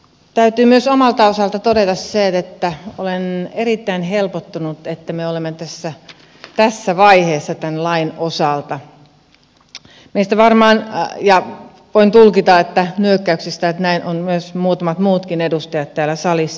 täytyy myös omalta osalta todeta se että olen erittäin helpottunut että me olemme tässä vaiheessa tämän lain osalta ja voin tulkita nyökkäyksistä että näin ovat myös muutamat muutkin edustajat täällä salissa